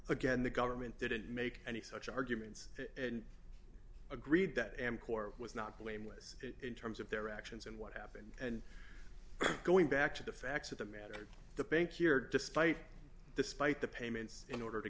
again the government didn't make any such arguments and agreed that mcor was not blameless in terms of their actions and what happened and going back to the facts of the matter the bank year despite despite the payments in order to